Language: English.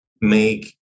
make